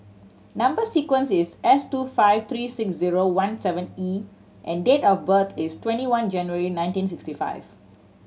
number sequence is S two five three six zero one seven E and date of birth is twenty one January nineteen sixty five